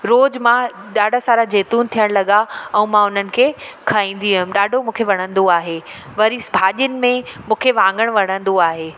रोज़ु मां ॾाढा सारा जैतुन थियणु लॻा ऐं मां उन्हनि खे खाईंदी हुअमि ॾाढो मूंखे वणंदो आहे वरी भाॼियुनि में मूंखे वाङणु वणंदो आहे